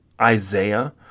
Isaiah